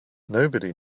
nobody